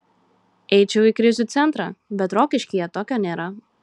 eičiau į krizių centrą bet rokiškyje tokio nėra